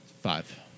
Five